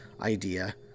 idea